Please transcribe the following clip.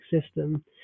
system